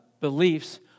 beliefs